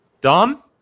Dom